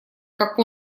как